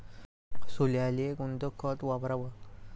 सोल्याले कोनचं खत वापराव?